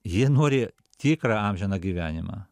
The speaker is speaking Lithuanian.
jie nori tikrą amžiną gyvenimą